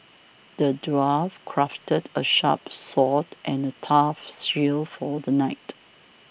the dwarf crafted a sharp sword and a tough shield for the knight